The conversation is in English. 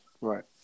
Right